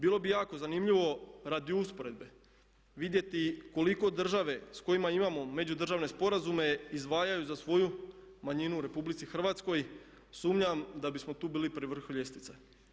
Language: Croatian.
Bilo bi jako zanimljivo radi usporedbe vidjeti koliko države s kojima imamo međudržavne sporazume izdvajaju za svoju manjinu u RH, sumnjam da bismo tu bili pri vrhu ljestvice.